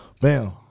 Bam